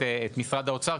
את משרד האוצר,